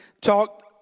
talk